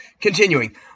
Continuing